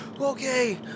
okay